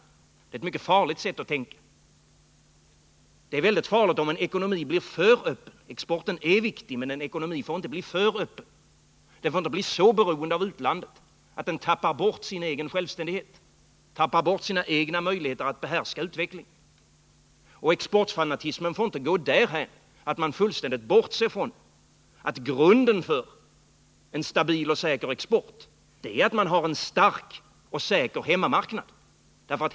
Det är ett mycket farligt sätt att tänka. Det är väldigt farligt om en ekonomi blir för öppen. Exporten är viktig, men en ekonomi får inte bli för öppen. Ekonomin får inte bli så beroende av utlandet att den tappar bort sin egen självständighet, sina egna möjligheter att behärska utvecklingen. Exportfanatismen får inte gå därhän att man fullständigt bortser från att grunden för en stabil och säker export är att man har en stark och säker hemmamarknad.